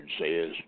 says